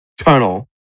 tunnel